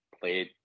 played